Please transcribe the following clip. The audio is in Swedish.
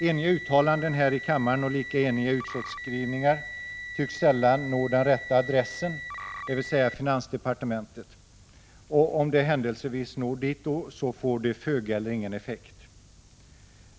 Eniga uttalanden här i kammaren och lika eniga utskottsskrivningar tycks sällan nå den rätta adressen, dvs. finansdepartementet. Om de händelsevis når dit får de föga eller ingen effekt.